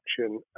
action